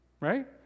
Right